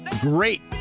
great